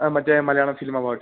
ആ മറ്റേ Malayalam film awards